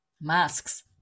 masks